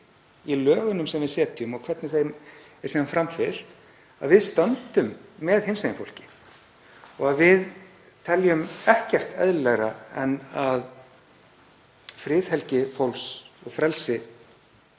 í lögunum sem við setjum og hvernig þeim er framfylgt, að við stöndum með hinsegin fólki og að við teljum ekkert eðlilegra en að friðhelgi fólks og frelsi